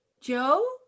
joe